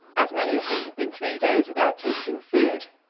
as many of them had been three days without tasting food,